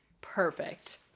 Perfect